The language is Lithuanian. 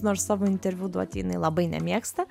nors savo interviu duoti jinai labai nemėgsta